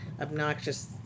obnoxious